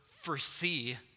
foresee